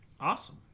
Awesome